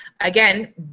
again